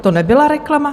To nebyla reklama?